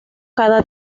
cada